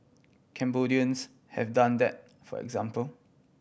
Cambodians have done that for example